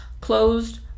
closed